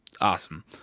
awesome